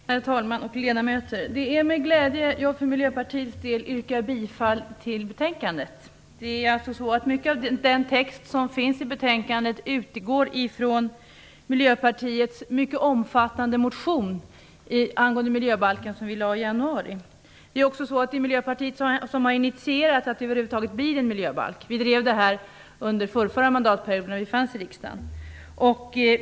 Herr talman! Ledamöter! Det är med glädje jag för Miljöpartiets del yrkar bifall till betänkandet. Mycket av den text som finns i betänkandet utgår från Miljöpartiets mycket omfattande motion angående miljöbalken, som vi väckte i januari. Det är också Miljöpartiet som ligger bakom att det över huvud taget blir en miljöbalk. Vi drev den frågan här i riksdagen under förförra mandatperioden.